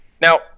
Now